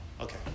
okay